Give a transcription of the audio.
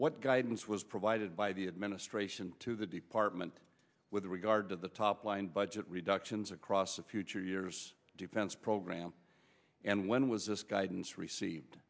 what guidance was provided by the administration to the department with regard to the top line budget reductions across the future years defense programs and when was this guidance received